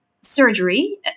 surgery